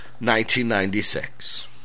1996